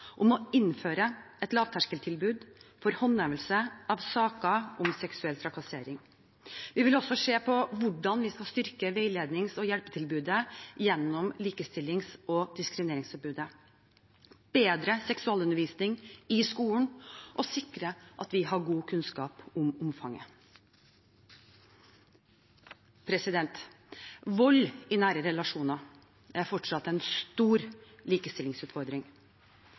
om å innføre et lavterskeltilbud for håndhevelse av saker om seksuell trakassering. Vi vil også se på hvordan vi skal styrke veilednings- og hjelpetilbudet gjennom likestillings- og diskrimineringsombudet, bedre seksualundervisningen i skolen og sikre at vi har god kunnskap om omfanget. Vold i nære relasjoner er fortsatt en stor likestillingsutfordring.